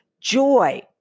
joy